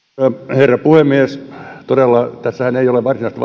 herra puhemies todella tässä lakiehdotuksessahan ei ole varsinaista